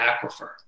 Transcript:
aquifer